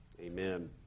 Amen